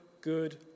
good